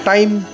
Time